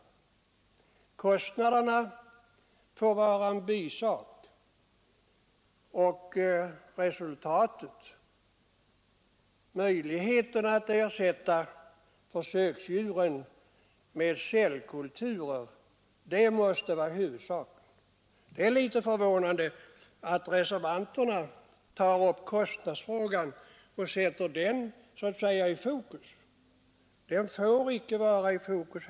Kostnaderna får vara en bisak, möjligheten att ersätta försöksdjuren med cellkulturer måste vara huvudsaken. Det är litet förvånande att reservanterna så att säga sätter kostnadsfrågan i fokus. Den får icke vara i fokus.